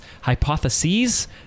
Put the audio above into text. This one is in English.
hypotheses